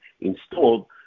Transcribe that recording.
installed